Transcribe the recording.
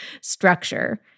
structure